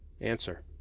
Answer